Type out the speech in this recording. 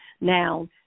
now